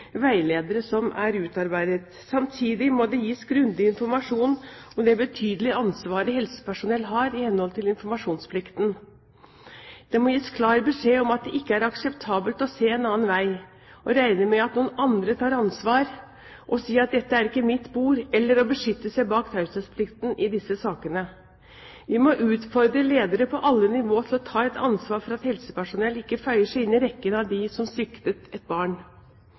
veiledere som er utarbeidet. Samtidig må det gis grundig informasjon om det betydelige ansvaret helsepersonell har, i henhold til informasjonsplikten. Det må gis klar beskjed om at det i disse sakene ikke er akseptabelt å se en annen vei og regne med at noen andre tar ansvar, å si at dette er ikke mitt bord eller å beskytte seg bak taushetsplikten. Vi må utfordre ledere på alle nivåer til å ta et ansvar for at helsepersonell ikke føyer seg inn i rekken av dem som sviktet et barn.